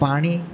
પાણી